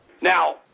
Now